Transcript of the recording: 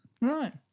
Right